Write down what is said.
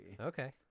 Okay